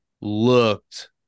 looked